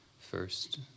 First